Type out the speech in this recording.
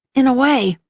in a way,